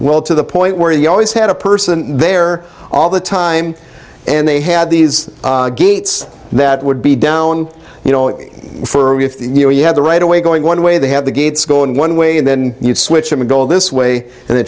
well to the point where he always had a person there all the time and they had these gates that would be down you know for with you know you have the right away going one way they have the gates going one way and then you switch and go this way and the